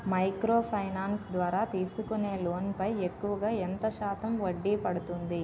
Micro finance ద్వారా తీసుకునే loan పై ఎక్కువుగా ఎంత శాతం వడ్డీ పడుతుంది?